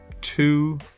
two